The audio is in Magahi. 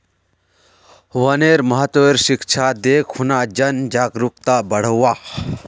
वनेर महत्वेर शिक्षा दे खूना जन जागरूकताक बढ़व्वा